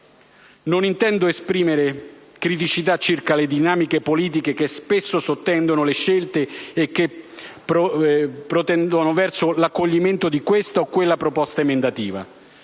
Non intendo esprimere criticità circa le dinamiche politiche che spesso sottendono le scelte e che protendono verso l'accoglimento di questa o quella proposta di emendamento.